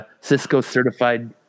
Cisco-certified